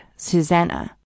Susanna